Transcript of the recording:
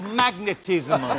magnetism